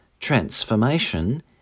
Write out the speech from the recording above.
transformation